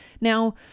Now